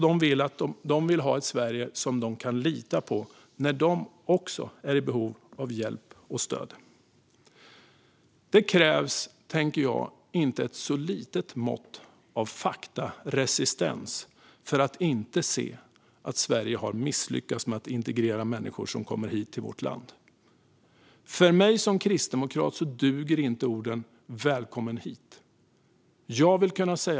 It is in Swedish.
De vill ha ett Sverige som de kan lita på när också de är i behov av hjälp och stöd. Det krävs ett inte så litet mått av faktaresistens för att inte se att Sverige har misslyckats med att integrera människor som kommit hit till vårt land. För mig som kristdemokrat duger inte orden välkommen hit.